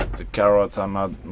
the carrots are not